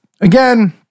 again